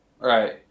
Right